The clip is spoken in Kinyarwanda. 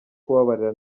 kubabarira